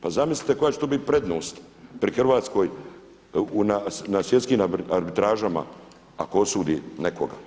Pa zamislite koja će to biti prednost pred Hrvatskoj na svjetskim arbitražama ako osudi nekoga.